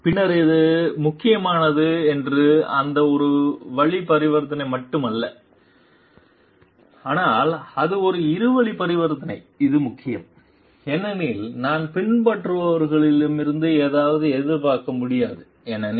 பின்னர் அது முக்கியமானது என்று அந்த ஒரு வழி பரிவர்த்தனை மட்டும் அல்ல ஆனால் அது ஒரு இரு வழி பரிவர்த்தனை இது முக்கியம் ஏனெனில் நான் பின்பற்றுபவர்கள் இருந்து ஏதாவது எதிர்பார்க்க முடியாது ஏனெனில்